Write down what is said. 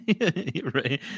Right